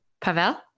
Pavel